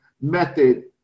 method